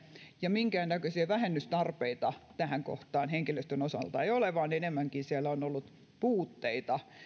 ja minkään näköisiä vähennystarpeita tähän kohtaan henkilöstön osalta ei ole vaan enemmänkin siellä on ollut puutteita